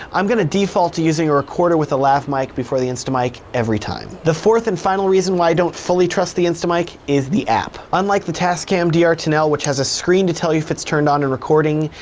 i'm gonna default to using a recorder with a lav mic before the instamic every time. the fourth and final reason why i don't fully trust the instamic is the app. unlike the tascam dr ah ten l, which has a screen to tell you if it's turned on and recording,